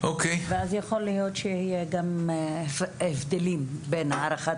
ואז יכול להיות שיהיו הבדלים בין הערכת